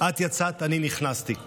את יצאת, אני נכנסתי.